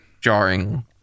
jarring